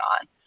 on